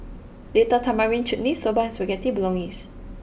Date Tamarind Chutney Soba and Spaghetti Bolognese